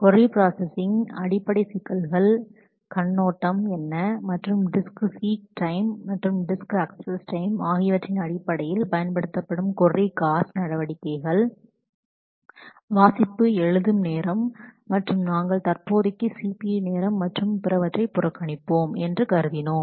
கொரி processing என்பதில் உள்ள அடிப்படை சிக்கல்கள் கண்ணோட்டம் என்ன மற்றும் டிஸ்க் சீக் டைம் மற்றும் டிஸ்க் அக்சஸ் டைம் ஆகியவற்றின் அடிப்படையில் பயன்படுத்தப்படும் கொரி காஸ்ட்டை அளப்பதற்கான அதற்கான வழி முறைகள் வாசிப்பு எழுதும் நேரம் மற்றும் நாங்கள் தற்போதைக்கு CPU நேரம் மற்றும் பிறவற்றை புறக்கணிப்போம் என்று கருதினோம்